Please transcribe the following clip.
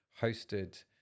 hosted